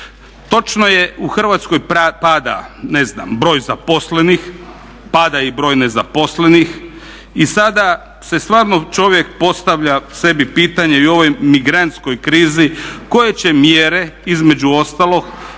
Točno je, u Hrvatskoj pada broj zaposlenih, pada i broj nezaposlenih i sada si stvarno čovjek postavlja sebi pitanje i u ovoj migrantskoj krizi koje će mjere, između ostalog